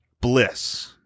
bliss